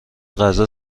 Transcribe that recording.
غذا